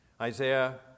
Isaiah